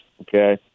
okay